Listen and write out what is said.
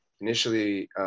initially